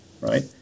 right